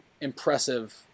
impressive